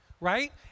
right